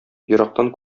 ерактан